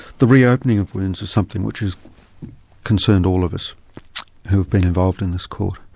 the reopening of wounds is something which has concerned all of us who have been involved in this court.